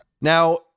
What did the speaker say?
Now